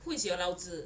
who is your 老子